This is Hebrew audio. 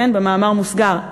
במאמר מוסגר,